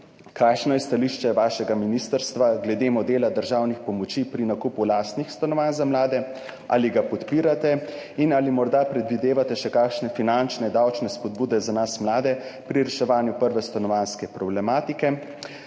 Kakšno je stališče vašega ministrstva do modela državnih pomoči pri nakupu lastnih stanovanj za mlade? Ali ga podpirate? Ali morda predvidevate še kakšne finančne, davčne spodbude za nas mlade pri reševanju prve stanovanjske problematike?